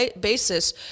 basis